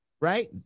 right